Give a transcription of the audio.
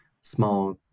small